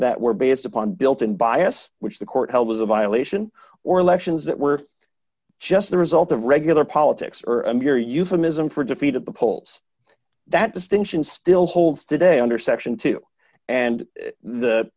that were based upon built in bias which the court held was a violation or elections that were just the result of regular politics or a mere euphemism for defeat at the polls that distinction still holds today under section two and the